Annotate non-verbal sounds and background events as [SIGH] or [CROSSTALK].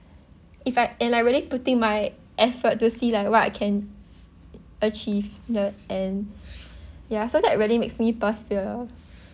if I and like really putting my effort to see like what I can achieve in the end [BREATH] ya so that really makes me persevere